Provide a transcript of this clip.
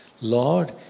Lord